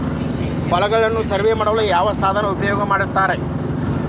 ಹೊಲಗಳನ್ನು ಸರ್ವೇ ಮಾಡಲು ಯಾವ ಸಾಧನ ಉಪಯೋಗ ಮಾಡ್ತಾರ ರಿ?